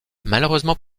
malheureusement